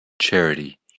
charity